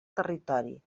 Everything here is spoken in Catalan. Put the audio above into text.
territori